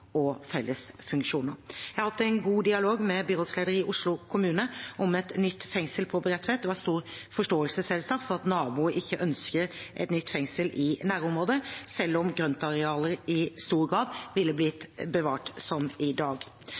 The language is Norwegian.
og fellesfunksjoner. Jeg har hatt en god dialog med byrådsleder i Oslo kommune om et nytt fengsel på Bredtvet, og har selvsagt stor forståelse for at naboer ikke ønsker et nytt fengsel i nærområdet, selv om grøntarealer i stor grad ville ha blitt bevart som i dag.